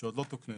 שעוד לא תוקננו.